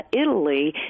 Italy